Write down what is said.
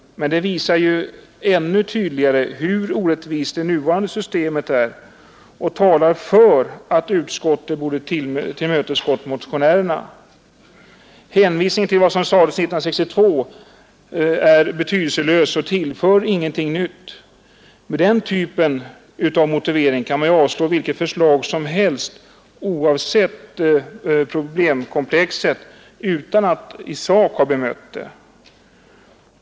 Men det visar ju ännu tydligare hur orättvist det nuvarande systemet är, och det talar för att utskottet borde ha tillmötesgått motionärerna. Hänvisningen till vad som sades 1962 är betydelselös och innebär ingenting nytt. Med den typen av motivering kan man ju avslå vilket förslag som helst, oavsett problemet, utan att i sak ha bemött det.